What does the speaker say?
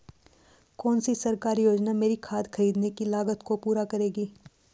कौन सी सरकारी योजना मेरी खाद खरीदने की लागत को पूरा करेगी?